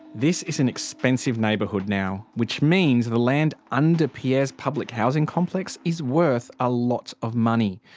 this is an expensive neighbourhood now, which means the land under pierre's public housing complex is worth a lot of money.